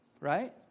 Right